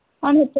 ಒಂದು